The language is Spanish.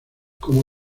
como